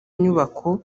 nyubako